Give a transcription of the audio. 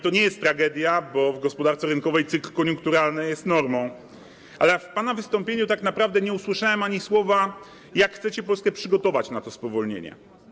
To nie jest tragedia, bo w gospodarce rynkowej cykl koniunkturalny jest normą, ale w pana wystąpieniu tak naprawdę nie usłyszałem ani jednego słowa o tym, jak chcecie Polskę przygotować na to spowolnienie.